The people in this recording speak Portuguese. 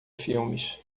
filmes